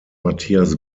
matthias